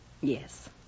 Yes